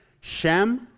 Shem